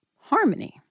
Harmony